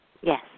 Yes